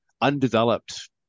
undeveloped